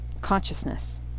consciousness